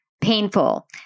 painful